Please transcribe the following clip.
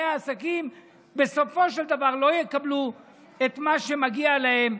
העסקים בסופו של דבר לא יקבלו את מה שמגיע להם,